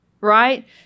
right